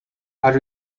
are